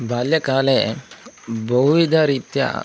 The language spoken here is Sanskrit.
बाल्यकाले बहुविधरीत्या